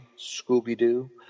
Scooby-Doo